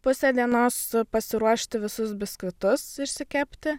pusę dienos pasiruošti visus biskvitus išsikepti